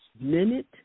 minute